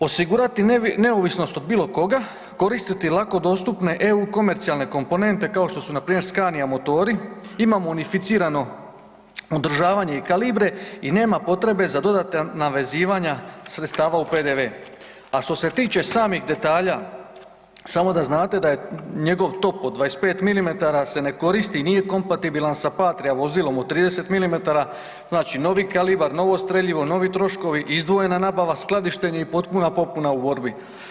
Osigurati neovisnost od bilokoga, koristiti lako dostupne EU komercijalne komponente kao što su npr. Scania motori, imamo unificirano održavanje kalibre i nema potrebe za dodatna navezivanja sredstava u PDV a što se tiče samih detalja, samo da znate da je njegov top od 25 mm se ne koristi i nije kompatibilan sa Patrija vozilom od 30 mm, znači novi kalibar, novo streljivo, novi troškovi, izdvojena nabava, skladištenje i potpuna popuna u borbi.